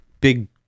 big